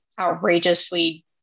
outrageously